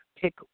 pick